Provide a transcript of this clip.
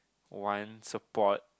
one support